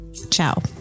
Ciao